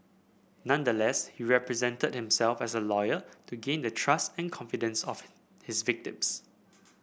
nonetheless he represented himself as a lawyer to gain the trust and confidence of his victims